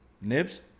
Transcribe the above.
Nibs